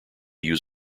use